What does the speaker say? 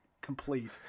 complete